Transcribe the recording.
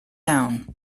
town